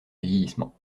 vieillissement